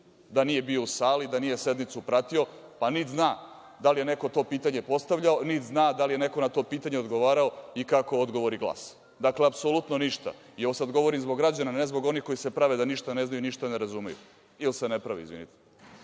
da nije bio u sali, da nije sednicu pratio, pa niti zna da li je neko to pitanje postavljao, niti zna da li je neko na to pitanje odgovarao i kako odgovori glase. Dakle, apsolutno ništa. Ovo sada govorim zbog građana, ne zbog onih koji se prave da ništa ne znaju, da ništa ne razumeju, ili se ne prave, izvinite.